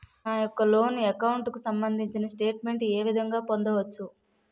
నా యెక్క loan account కు సంబందించిన స్టేట్ మెంట్ ఏ విధంగా పొందవచ్చు?